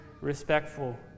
respectful